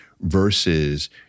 versus